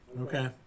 Okay